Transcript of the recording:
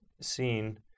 seen